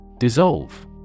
Dissolve